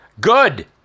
GOOD